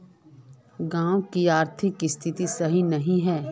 गाँव की आर्थिक स्थिति सही नहीं है?